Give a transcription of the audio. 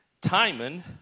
Timon